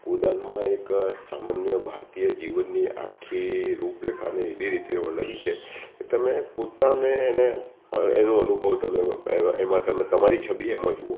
ગોદાનમાં એક સામાન્ય ભારતીય જીવનની આખી રૂપ રેખાને એવી રીતે વર્ણવી છે કે તમે પોતાને એને એનો અનુભવ તમે એમાં એમાં તમે તમારી છબી એમાં જુઓ